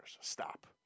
Stop